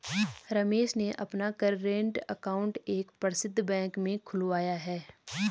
रमेश ने अपना current account एक प्रसिद्ध बैंक में खुलवाया है